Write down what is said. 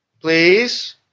Please